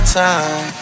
time